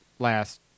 Last